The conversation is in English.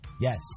yes